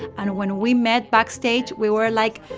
and when we met backstage, we were like,